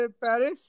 Paris